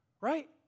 Right